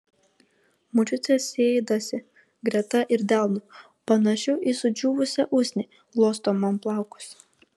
močiutė sėdasi greta ir delnu panašiu į sudžiūvusią usnį glosto man plaukus